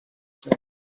said